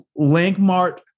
Lankmart